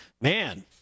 man